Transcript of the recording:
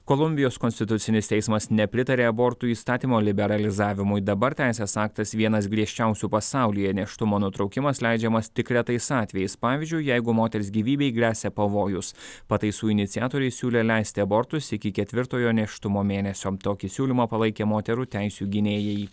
kolumbijos konstitucinis teismas nepritarė abortų įstatymo liberalizavimui dabar teisės aktas vienas griežčiausių pasaulyje nėštumo nutraukimas leidžiamas tik retais atvejais pavyzdžiui jeigu moters gyvybei gresia pavojus pataisų iniciatoriai siūlė leisti abortus iki ketvirtojo nėštumo mėnesio tokį siūlymą palaikė moterų teisių gynėjai